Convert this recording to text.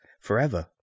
forever